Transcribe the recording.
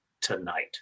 tonight